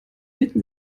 mitten